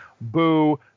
Boo